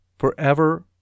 Forever